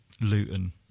Luton